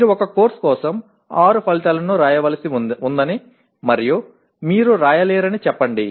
మీరు ఒక కోర్సు కోసం ఆరు ఫలితాలను వ్రాయవలసి ఉందని మరియు మీరు వ్రాయలేరని చెప్పండి